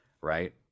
right